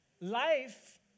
Life